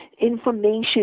information